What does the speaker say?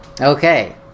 Okay